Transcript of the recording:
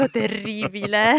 terribile